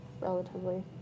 relatively